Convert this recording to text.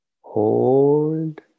Hold